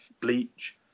Bleach